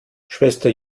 schwester